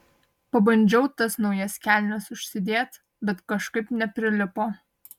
pabandžiau tas naujas kelnes užsidėt bet kažkaip neprilipo